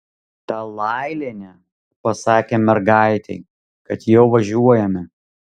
talailienė pasakė mergaitei kad jau važiuojame